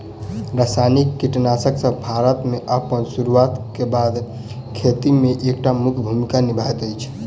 रासायनिक कीटनासकसब भारत मे अप्पन सुरुआत क बाद सँ खेती मे एक टा मुख्य भूमिका निभायल अछि